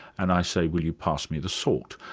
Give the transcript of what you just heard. and i say will you pass me the salt?